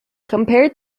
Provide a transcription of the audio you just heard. compared